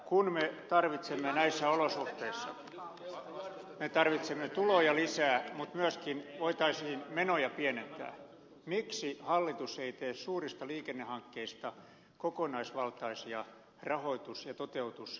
kun me tarvitsemme näissä olosuhteissa tuloja lisää mutta myöskin voitaisiin menoja pienentää miksi hallitus ei tee suurista liikennehankkeista kokonaisvaltaisia rahoitus ja toteutusratkaisuja